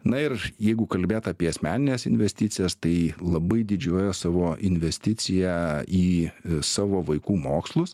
na ir jeigu kalbėt apie asmenines investicijas tai labai didžiuojuos savo investicija į savo vaikų mokslus